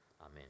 amen